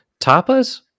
Tapas